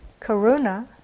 Karuna